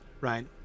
right